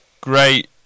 great